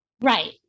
Right